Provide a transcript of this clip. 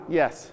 yes